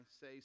say